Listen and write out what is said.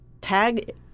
tag